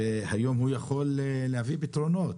והיום הוא יכול להביא פתרונות.